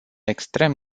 extrem